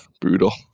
brutal